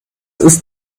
ist